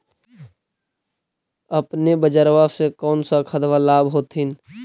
अपने बजरबा से कौन सा खदबा लाब होत्थिन?